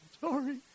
Sorry